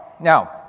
now